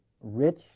rich